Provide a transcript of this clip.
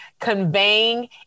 conveying